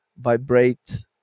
vibrate